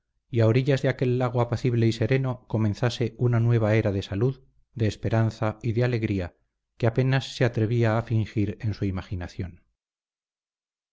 y a orillas de aquel lago apacible y sereno comenzase una nueva era de salud de esperanza y de alegría que apenas se atrevía a fingir en su imaginación